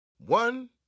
One